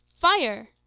FIRE